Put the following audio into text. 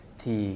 thì